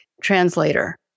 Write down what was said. translator